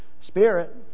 spirit